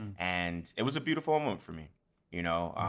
and and it was a beautiful moment for me you know